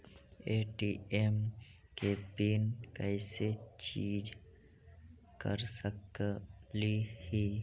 ATM के pin कैसे change कर सकली ही?